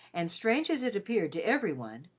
and strange as it appeared to every one,